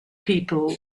people